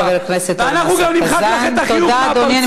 תודה, אדוני.